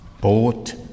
Bought